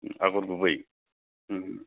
आग'र गुबै ओं ओं